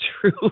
true